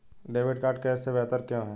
Debit card cash से बेहतर क्यों है?